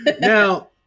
now